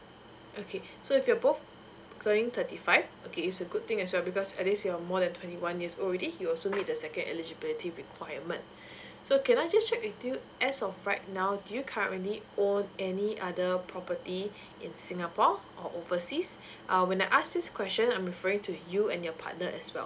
okay so if you are both going thirty five okay is a good thing as well because at least you're more than twenty one year old already you also meet the second eligibility requirement so can I just check with you as of right now do you currently own any other property in singapore or overseas uh when I ask this question I'm referring to you and your partner as well